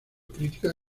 crítica